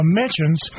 mentions